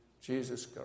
Jesus